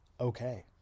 okay